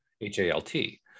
H-A-L-T